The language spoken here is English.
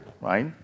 right